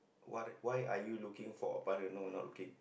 what why are you looking for a partner no not looking